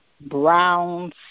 brown